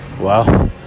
Wow